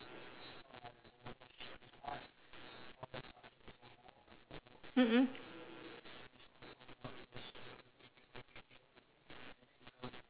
mm mm